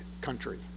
country